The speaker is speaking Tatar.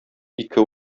ике